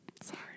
Sorry